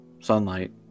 Sunlight